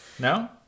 No